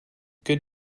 good